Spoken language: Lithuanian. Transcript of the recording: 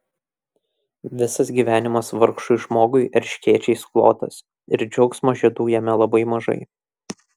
visas gyvenimas vargšui žmogui erškėčiais klotas ir džiaugsmo žiedų jame labai mažai